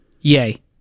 yay